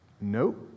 Nope